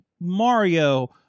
mario